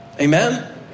Amen